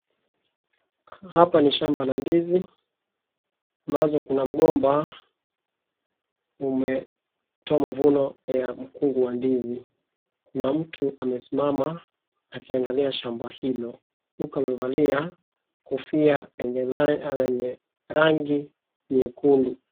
Hapa ni shamba la ndizi ambazo kuna mgomba umetoa mavuno mkungu wa ndizi. Kuna mtu amesamama akiangalia shamba hilo huku amevalia kofia lenye rangi nyekundu.